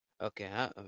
Okay